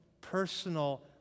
personal